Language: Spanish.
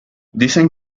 dicen